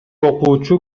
окуучу